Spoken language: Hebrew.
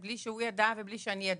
ובלי שהוא ידע, ובלי שאני ידעתי,